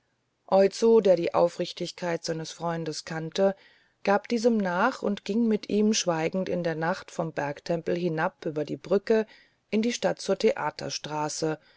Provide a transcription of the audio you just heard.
der die aufrichtigkeit seines freundes kannte gab diesem nach und ging mit ihm schweigend in der nacht vom bergtempel hinab über die brücke in die stadt zur theaterstraße